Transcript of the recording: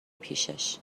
پیشش